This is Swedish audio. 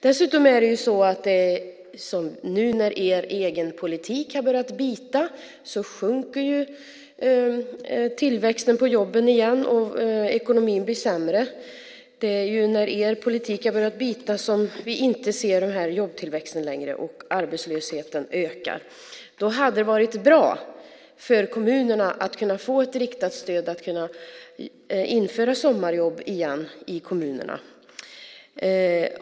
Nu när er egen politik har börjat bita sjunker dessutom tillväxten av jobben igen. Ekonomin blir sämre. Det är när er politik har börjat bita som vi inte ser den här jobbtillväxten längre, och arbetslösheten ökar. Då skulle det vara bra för kommunerna att få ett riktat stöd och kunna införa sommarjobb igen.